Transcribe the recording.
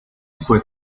fue